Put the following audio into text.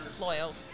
Loyal